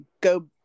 go